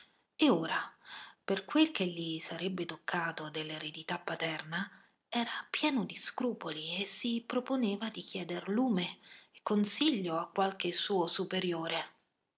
e ora per quel che gli sarebbe toccato dell'eredità paterna era pieno di scrupoli e si proponeva di chieder lume e consiglio a qualche suo superiore